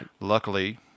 Luckily